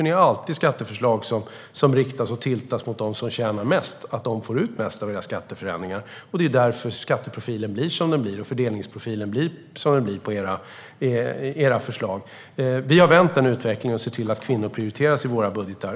Ni har alltid skatteförslag som riktas och tiltas mot dem som tjänar mest så att de får ut mest av era skatteförändringar. Det är därför skatteprofilen och fördelningsprofilen blir som de blir på era förslag. Vi har vänt den utvecklingen och ser till att kvinnor prioriteras i våra budgetar.